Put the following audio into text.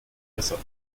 besser